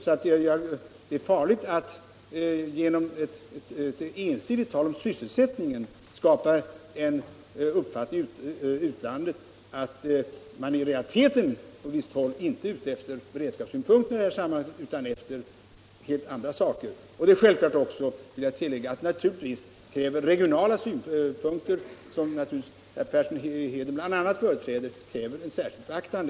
Det är farligt att genom ett ensidigt tal om sysselsättning skapa en uppfattning i utlandet att man i realiteten på visst håll inte tänker på beredskapssynpunkterna i detta sammanhang utan på helt andra saker. Men naturligtvis kräver de regionala synpunkter, som bl.a. herr Persson företräder, helt allmänt ett särskilt beaktande.